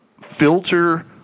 filter